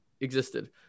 existed